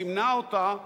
סימנה אותה,